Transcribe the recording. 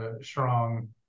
strong